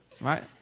Right